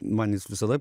man jis visada